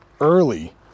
early